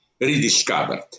rediscovered